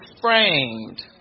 framed